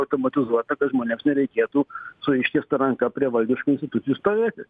automatizuota kad žmonėms nereikėtų su ištiesta ranka prie valdiškų institucijų stovėti